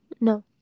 No